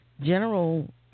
general